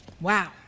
wow